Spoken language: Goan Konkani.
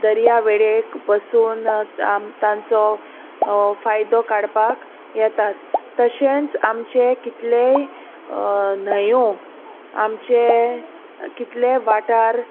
दर्यावेळेक बसून आम तांचो फायदो काडपाक येतात तशेंच आमचे कितलेय न्हंयो आमचे कितले वाठार